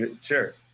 Sure